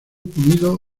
unido